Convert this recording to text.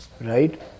right